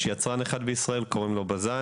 יש יצרנית אחת של ביטומן בישראל והיא בז"ן.